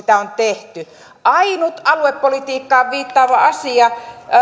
sitä on tehty ainut aluepolitiikkaan viittaava asia